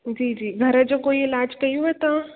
जी जी घर जो कोई इलाजु कयव तव्हां